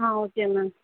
ah okay ma'am